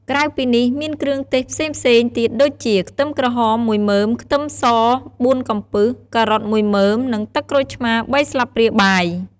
ក្រៅពីនេះ មានគ្រឿងទេសផ្សេងៗទៀតដូចជា ខ្ទឹមក្រហម មួយមើម ខ្ទឹមស បួនកំពឹស ការ៉ុតមួយមើម និងទឹកក្រូចឆ្មា បីស្លាបព្រាបាយ។